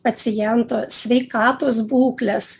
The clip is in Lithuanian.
paciento sveikatos būklės